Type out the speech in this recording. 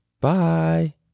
Bye